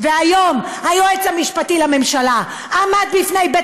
והיום היועץ המשפטי לממשלה עמד בפני בית